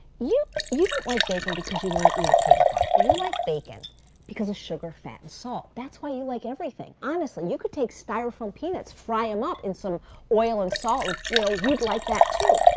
you you dont like bacon because you want to eat a pig's butt. you like bacon because it's sugar, fat, and salt. that's why you like everything. honestly, you could take styrofoam peanuts, fry them up in some oil and salt and you know you'd like that, too.